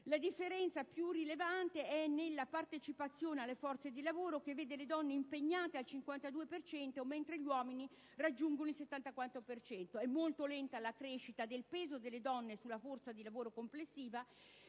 La differenza più rilevante è nella partecipazione alle forze di lavoro, che vede le donne impegnate al 52 per cento, mentre gli uomini raggiungono il 74 per cento. È molto lenta la crescita del peso delle donne sulla forza lavoro complessiva,